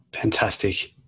Fantastic